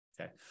okay